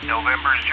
November